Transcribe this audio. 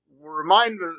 remind